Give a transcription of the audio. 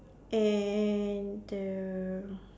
and the